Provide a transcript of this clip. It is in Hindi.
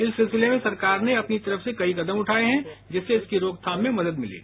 इस सिलसिले में सरकार ने अपनी तरफ से कई कदम उठाए हैं जिससे इसकी रोकथाम में मदद मिलेगी